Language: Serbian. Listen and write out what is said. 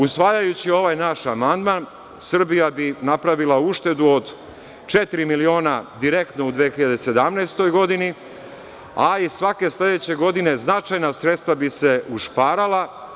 Usvajajući ovaj naš amandman Srbija bi napravila uštedu od četiri miliona, direktno u 2017. godini, a i svake sledeće godine značajna sredstva bi se ušparala.